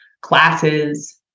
classes